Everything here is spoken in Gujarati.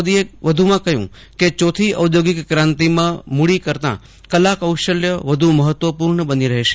મોદીએ વધુમાં કહ્યું કે ચોથી ઔદ્યોગિક ક્રાંતિમાં મૂડી કરતાં કલા કૌશલ્ય વધુ મહત્વપૂર્ણ બની રહેશે